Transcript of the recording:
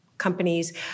companies